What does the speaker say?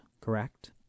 correct